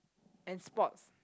and sports